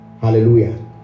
hallelujah